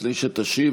לפני שתשיב,